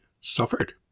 suffered